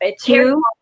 Two